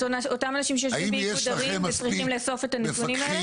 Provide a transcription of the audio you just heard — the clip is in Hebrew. את אותם אנשים שיושבים באיגוד ערים וצריכים לאסוף את הנתונים האלה,